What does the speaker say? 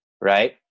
right